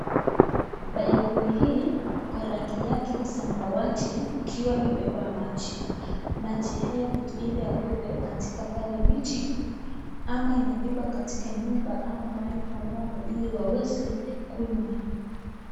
Paipu hii kwa rangi yake samawati ikiwa imebeba maji. Maji hayo ili yabebe katika pale miti ama inabeba katika nyumba ama mahali pa ng'ombe ili waweze kunywa.